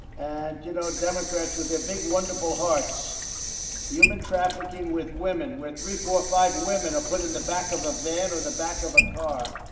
and, you know, democrats, with their big, wonderful hearts human trafficking with women where three, four, five women are put in the back of a van or the back of a car,